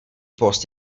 post